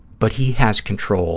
but he has control